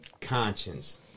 conscience